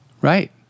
Right